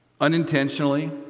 Unintentionally